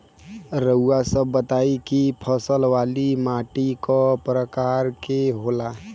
रउआ सब बताई कि फसल वाली माटी क प्रकार के होला?